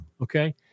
Okay